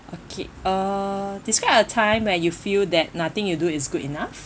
okay uh describe a time where you feel that nothing you do is good enough